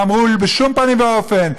ואמרו: בשום פנים ואופן,